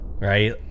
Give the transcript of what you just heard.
right